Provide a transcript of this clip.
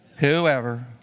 Whoever